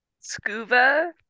scuba